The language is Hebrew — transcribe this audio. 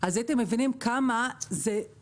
אז הייתם מבינים כמה רגיש